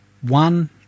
one